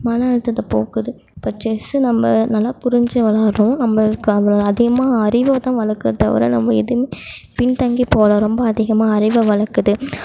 மன அழுத்தத்தை போக்குது இப்போ செஸ்ஸு நம்ம நல்லா புரிஞ்சு விளையாடுறோம் நம்மளுக்கு அவ்வளோ அதிகமாக அறிவைதான் வளர்க்குது தவிர நம்ம எதுவுமே பின்தங்கி போகல ரொம்ப அதிகமாக அறிவை வளர்க்குது